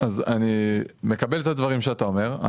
אני מקבל את הדברים שאתה אומר,